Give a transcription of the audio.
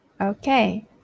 Okay